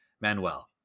Manuel